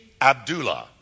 Abdullah